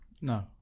No